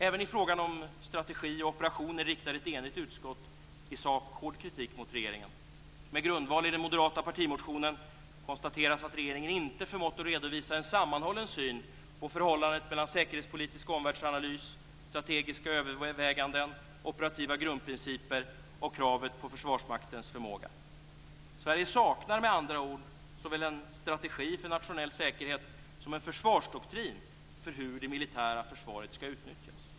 Även i frågan om strategi och operationer riktar ett enigt utskott i sak en hård kritik mot regeringen. Med en moderat partimotion som grundval konstateras att regeringen inte förmått redovisa en sammanhållen syn på förhållandet mellan säkerhetspolitisk omvärldsanalys, strategiska överväganden, operativa grundprinciper och kraven på Försvarsmaktens operativa förmåga. Sverige saknar med andra ord såväl en strategi för nationell säkerhet som en försvarsdoktrin för hur det militära försvaret skall utnyttjas.